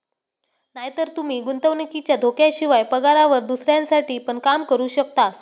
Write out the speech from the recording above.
नायतर तूमी गुंतवणुकीच्या धोक्याशिवाय, पगारावर दुसऱ्यांसाठी पण काम करू शकतास